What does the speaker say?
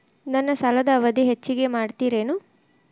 ನನ್ನ ಸಾಲದ ಅವಧಿ ಹೆಚ್ಚಿಗೆ ಮಾಡ್ತಿರೇನು?